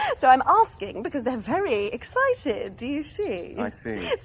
and so i'm asking, because they're very excited. do you see? i see. yeah so.